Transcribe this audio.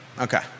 okay